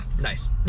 Nice